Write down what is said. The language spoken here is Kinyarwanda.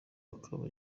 akaba